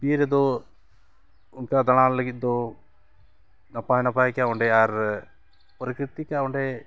ᱵᱤᱨ ᱨᱮᱫᱚ ᱚᱱᱠᱟ ᱫᱟᱬᱟᱱ ᱞᱟᱜᱤᱫ ᱫᱚ ᱱᱟᱯᱟᱭ ᱱᱟᱯᱟᱭ ᱜᱮᱭᱟ ᱚᱸᱰᱮ ᱟᱨ ᱯᱨᱚᱠᱤᱛᱤᱠᱟᱜ ᱚᱸᱰᱮ